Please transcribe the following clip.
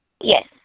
Yes